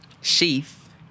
Sheath